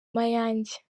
mayange